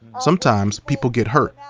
sometimes people get hurt.